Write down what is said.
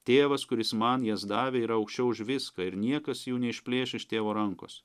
tėvas kuris man jas davė yra aukščiau už viską ir niekas jų neišplėš iš tėvo rankos